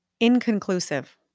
Inconclusive